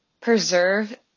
preserve